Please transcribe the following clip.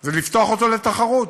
זה לפתוח אותו לתחרות.